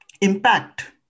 impact